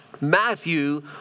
Matthew